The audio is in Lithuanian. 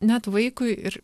net vaikui ir